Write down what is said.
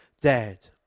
dead